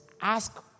ask